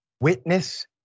witness